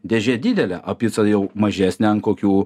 dėžė didelė o pica jau mažesnė ant kokių